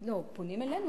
לא, פונים אלינו.